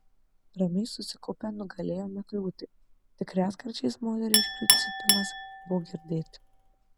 ramiai susikaupę nugalėjome kliūtį tik retkarčiais moteriškių cypimas buvo girdėti